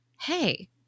hey